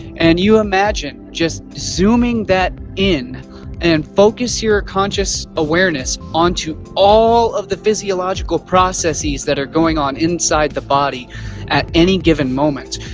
and you imagine just zooming that in and focus your conscious awareness onto all of the physiological processes that are going on inside the body at any given moment.